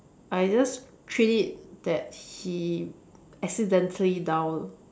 I just treat it that he accidentally dial